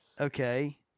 Okay